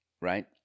right